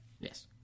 Yes